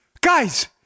guys